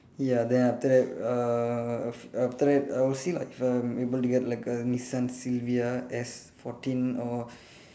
ya then after that uh af~ after that I'll see like if I'm able to get like a Nissan Silvia S fourteen or